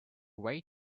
way